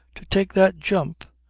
to take that jump?